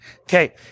Okay